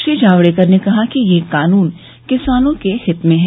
श्री जावड़ेकर ने कहा कि ये कानून किसानों के हित में है